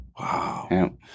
Wow